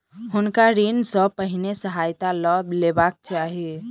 हुनका ऋण सॅ पहिने सहायता लअ लेबाक चाही